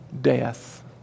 death